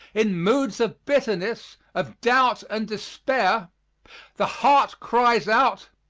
in moods of bitterness, of doubt and despair the heart cries out,